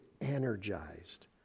energized